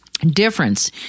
difference